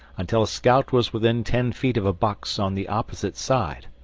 until a scout was within ten feet of a box on the opposite side.